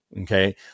Okay